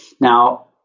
Now